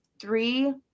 three